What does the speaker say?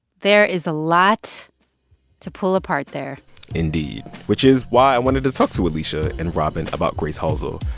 there is a lot to pull apart there indeed, which is why i wanted to talk to alisha and robin about grace halsell.